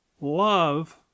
Love